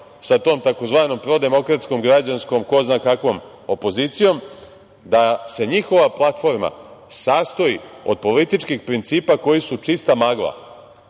sa tom tzv. prodemokratskom, građanskom, ko zna kakvom opozicijom, da se njihova platforma sastoji od političkih principa koji su čista magla.